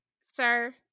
Sir